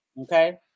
okay